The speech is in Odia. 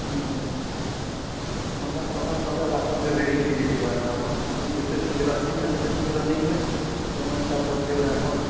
ହୁଁ ହୁଁ ସୋମବାର ସକାଲେ ସକାଲେ ଆପଣ ବି ରେଡ଼ି୍ ହେଇଯାଇଥିବନା ଆପଣ ଖାଲି ଯେତେ ଶୀଘ୍ର ଆସିକିନା ସେତେ ଶୀଘ୍ର ନେଇକିନା ପେମେଣ୍ଟ୍ ଟା ପଠାଇବେ ଆପଣ